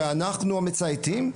ואנחנו המצייתים.